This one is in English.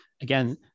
again